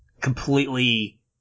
completely